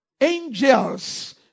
angels